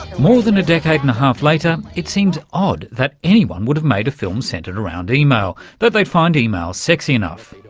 more than a decade and a half later it seems odd that anyone would have made a film centred around email, that they'd find email sexy enough.